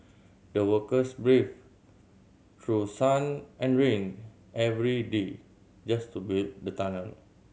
the workers braved through sun and rain every day just to build the tunnel